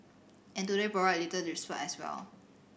and today provided little respite as well